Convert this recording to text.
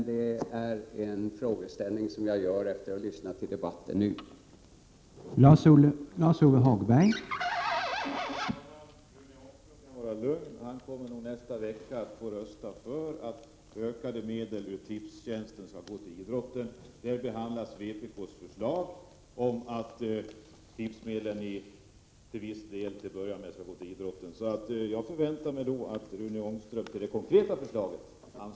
Detta är en fråga som jag ställer efter att ha lyssnat på debatten här i kammaren.